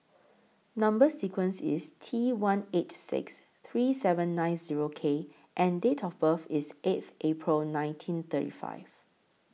Number sequence IS T one eight six three seven nine Zero K and Date of birth IS eighth April nineteen thirty five